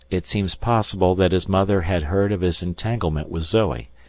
it seems possible that his mother had heard of his entanglement with zoe,